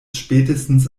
spätestens